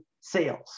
sales